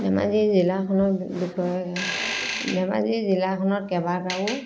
ধেমাজি জিলাখনৰ বিষয়ে ধেমাজি জিলাখনত কেইবাটাও